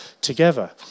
together